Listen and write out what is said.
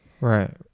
right